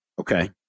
Okay